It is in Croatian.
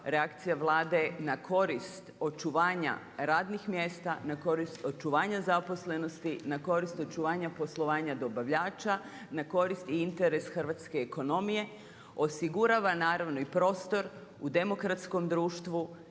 reakcija Vlade je na korist očuvanja radnih mjesta, na korist očuvanja zaposlenosti, na korist očuvanja poslovanja dobavljača, na korist i interes hrvatske ekonomije, osigurava i prostor u demokratskom društvu